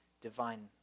divine